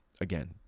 Again